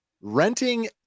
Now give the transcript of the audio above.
renting